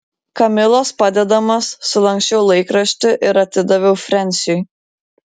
kamilos padedamas sulanksčiau laikraštį ir atidaviau frensiui